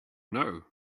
know